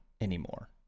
anymore